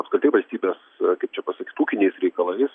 apskritai valstybės kaip čia pasakyt ūkiniais reikalais